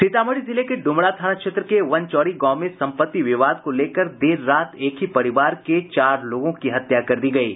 सीतामढ़ी जिले के डुमरा थाना क्षेत्र के वनचौरी गांव में संपत्ति विवाद को लेकर देर रात एक ही परिवार के चार लोगों की हत्या कर दी गयी